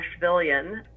Nashvillean